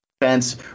defense